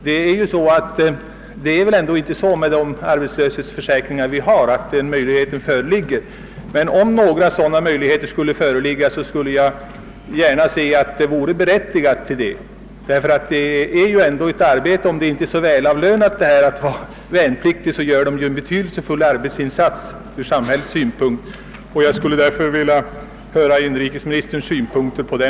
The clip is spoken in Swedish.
Denna möjlighet föreligger väl inte med de arbetslöshetsförsäkringar vi nu har, men om det ginge att skapa förutsättningar för en sådan ersättning vore det värdefullt. Det är ju ändå ett arbete — även om det inte är välavlönat — att vara värnpliktig. De värnpliktiga gör en betydelsefull arbetsinsats ur samhällets synpunkt, och jag skulle därför vilja höra hur inrikesministern ser på saken.